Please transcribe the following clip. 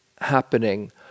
happening